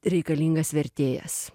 reikalingas vertėjas